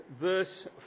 verse